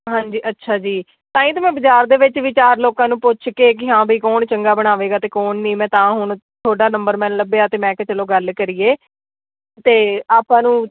ਹਾਂਜੀ ਅੱਛਾ ਜੀ ਤਾਂ ਹੀ ਤਾਂ ਮੈਂ ਬਾਜ਼ਾਰ ਦੇ ਵਿੱਚ ਵੀ ਚਾਰ ਲੋਕਾਂ ਨੂੰ ਪੁੱਛ ਕੇ ਕਿ ਹਾਂ ਬਈ ਕੌਣ ਚੰਗਾ ਬਣਾਵੇਗਾ ਅਤੇ ਕੌਣ ਨਹੀਂ ਮੈਂ ਤਾਂ ਹੁਣ ਤੁਹਾਡਾ ਨੰਬਰ ਮੈਂ ਲੱਭਿਆ ਅਤੇ ਮੈਂ ਕਿਹਾ ਚਲੋ ਗੱਲ ਕਰੀਏ ਤਾਂ ਆਪਾਂ ਨੂੰ